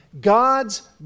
God's